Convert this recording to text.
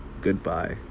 goodbye